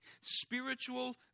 Spiritual